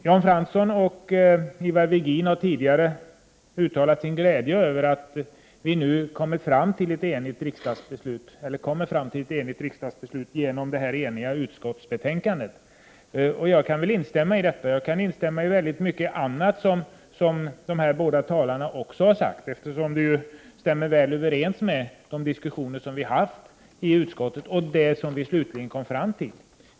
Jan Fransson och Ivar Virgin har tidigare uttalat sin glädje över att vi nu kommer fram till ett enigt riksdagsbeslut genom det enhälliga utskottsbetänkandet. Jag kan instämma i detta, och i mycket annat som de båda talarna har sagt, eftersom det stämmer väl överens med de diskussioner som vi har fört i utskottet och det som vi slutligen kom fram till.